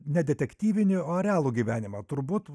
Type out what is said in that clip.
ne detektyvinį o realų gyvenimą turbūt